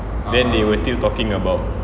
then they were still talking about